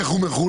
איך הוא מחולק?